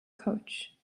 coach